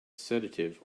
sedative